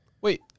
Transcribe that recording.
Wait